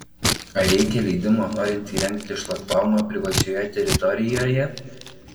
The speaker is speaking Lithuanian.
ar reikia leidimo norint įrengti šlagbaumą privačioje teritorijoje